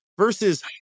Versus